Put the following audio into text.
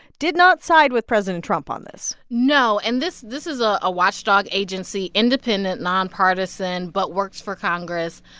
did not side with president trump on this no. and this this is a watchdog agency, independent, nonpartisan but works for congress.